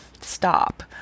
stop